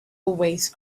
waste